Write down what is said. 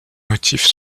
motifs